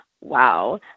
wow